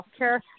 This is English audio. healthcare